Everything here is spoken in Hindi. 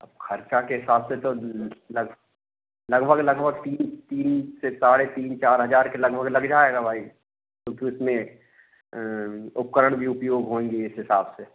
अब खर्चा के हिसाब से तो लग लगभग लगभग तीन तीन से साढ़े तीन चार हज़ार के लगभग लग जाएगा भाई क्योंकि उसमें उपकरण भी उपयोग होंगे इस हिसाब से